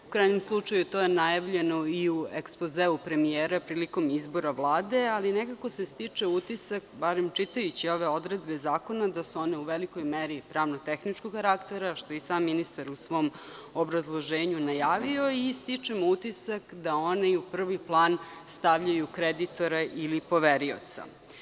U krajnjem slučaju, to je najavljeno i u ekspozeu premijera prilikom izbora Vlade, ali nekako se stiče utisak, barem čitajući ove odredbe zakona da su oni u velikoj meri pravno-tehničkog karaktera, što i sam ministar u svom obrazloženju najavio i stičem utisak da onaj u pravi plan stavljaju kreditora ili poverioca.